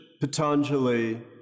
Patanjali